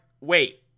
wait